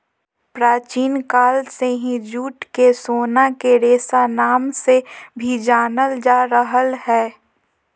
प्राचीन काल से ही जूट के सोना के रेशा नाम से भी जानल जा रहल हय